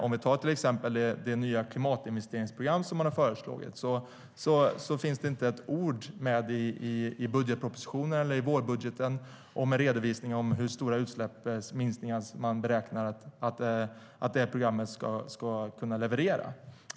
Om vi till exempel tar det nya klimatinvesteringsprogram man har föreslagit finns det i budgetpropositionen eller vårbudgeten inte ett ord om en redovisning av hur stora utsläppsminskningar man beräknar att programmet ska kunna leverera.